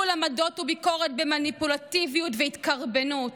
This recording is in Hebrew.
אחדות היא לא ביטול עמדות וביקורת במניפולטיביות ובהתקרבנות.